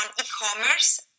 e-commerce